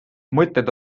mõtteid